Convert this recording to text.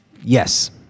Yes